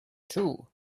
too